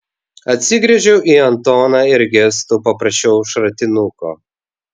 atsigręžiau į antoną ir gestu paprašiau šratinuko